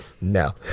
No